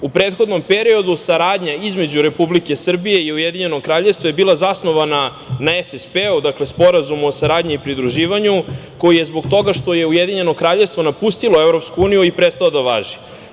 U prethodnom periodu saradnja između Republike Srbije i Ujedinjenog Kraljevstva je bila zasnovana na SSP-u, dakle, Sporazumu o saradnji i pridruživanju, koji je zbog toga što je Ujedinjeno Kraljevstvo napustilo EU prestao da važi.